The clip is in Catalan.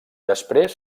després